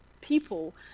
people